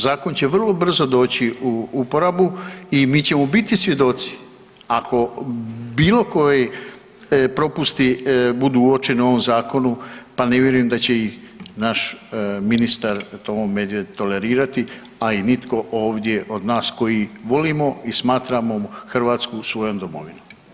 Zakon će vrlo brzo doći u uporabu i mi ćemo biti svjedoci, ako bilo koji propusti budu uočeni u ovom zakonu pa ne vjerujem da će ih naš ministar Tomo Medved tolerirati, a i nitko ovdje od nas koji volimo i smatramo Hrvatsku svojom domovinom.